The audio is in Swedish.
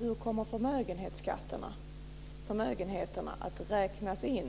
Hur kommer förmögenheterna att räknas in